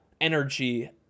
energy